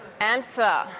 answer